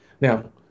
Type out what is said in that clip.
now